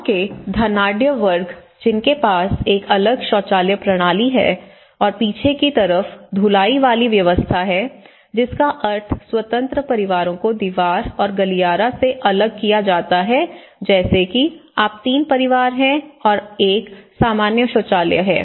गाँव के धनाढ्य वर्ग जिनके पास एक अलग शौचालय प्रणाली है और पीछे की तरफ धुलाई वाली व्यवस्था है जिसका अर्थ स्वतंत्र परिवारों को दीवार और गलियारा से अलग किया जाता है जैसे कि आप 3 परिवार हैं और एक सामान्य शौचालय है